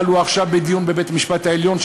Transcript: אבל הוא עכשיו בדיון בבית-המשפט העליון,